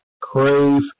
Crave